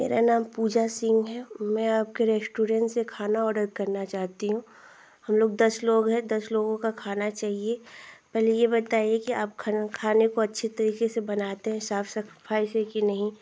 मेरा नाम पूजा सिंह है मैं आपके रेस्टोरेन्ट से खाना ऑर्डर करना चाहती हूँ हमलोग दस लोग हैं दस लोगों का खाना चाहिए पहले यह बताइए कि आप खाना खाने को अच्छे तरीके से बनाते हैं साफ़ सफ़ाई से कि नहीं